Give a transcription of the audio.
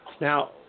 Now